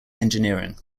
engineering